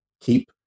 keep